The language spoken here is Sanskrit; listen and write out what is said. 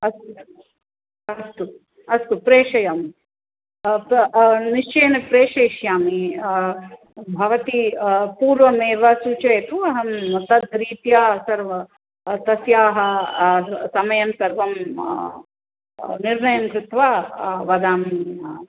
अस्तु अस्तु अस्तु प्रेषयामि निश्चयेन प्रेषयिष्यामि भवती पूर्वमेव सूचयतु अहं तद्रीत्या सर्वं तस्याः समयं सर्वं निर्णयं कृत्वा वदामि